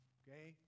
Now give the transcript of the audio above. okay